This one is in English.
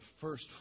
first